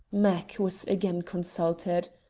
mac was again consulted.